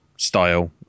Style